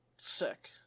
Sick